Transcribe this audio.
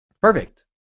Perfect